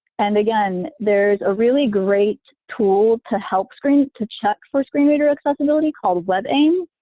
and again, there's a really great tool to help screen to check for screen reader accessibility called webaim,